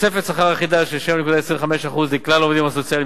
תוספת שכר אחידה של 7.25% לכלל העובדים הסוציאליים